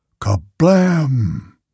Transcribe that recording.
Kablam